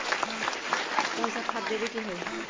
कोन सा खाद देवे के हई?